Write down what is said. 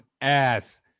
ass